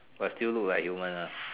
but still look like human ah